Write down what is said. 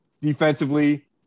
Defensively